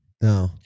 No